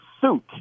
suit